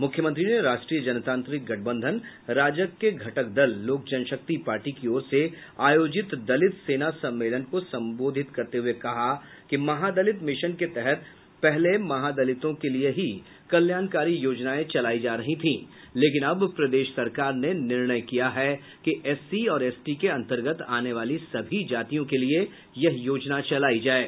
मुख्यमंत्री ने राष्ट्रीय जनतांत्रिक गठबंधन राजग के घटक दल लोक जनशक्ति पार्टी की ओर से आयोजित दलित सेना सम्मेलन को संबोधित करते हुए कहा कि महादलित मिशन के तहत पहले महादलितों के लिए ही कल्याणकारी योजनाएं चलायी जा रही थी लेकिन अब प्रदेश सरकार ने निर्णय किया है कि एससी और एसटी के अंतर्गत आने वाली सभी जातियों के लिए यह योजना चलायी जाये